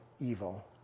evil